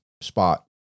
spot